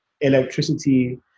electricity